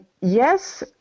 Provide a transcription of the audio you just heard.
yes